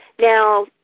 Now